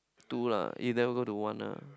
two lah you never go to one lah